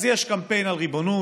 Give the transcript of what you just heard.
אז יש קמפיין על ריבונות,